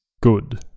good